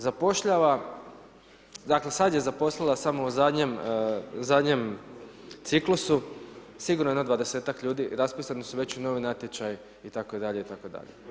Zapošljava, dakle, sada je zaposlila samo u zadnjem ciklusu sigurno jedno 20-tak ljudi, raspisani su već novi natječaji itd. itd.